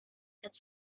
het